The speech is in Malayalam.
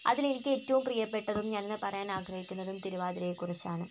അതിലെനിക്ക് ഏറ്റവും പ്രിയപ്പെട്ടതും ഞാനിന്ന് പറയാൻ ആഗ്രഹിക്കുന്നതും തിരുവാതിരയെക്കുറിച്ചാണ്